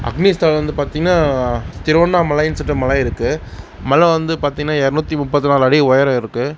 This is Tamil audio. அக்னி ஸ்தலம் வந்து பார்த்திங்கனா திருவண்ணாமலைன்னு சொல்லிட்டு மலையிருக்குது மலை வந்து பார்த்திங்கனா இரநூத்தி முப்பத்தி நாலு அடி உயரம் இருக்குது